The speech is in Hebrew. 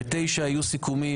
ב-9:00 יהיו סיכומים,